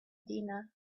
dinner